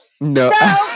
No